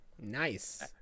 Nice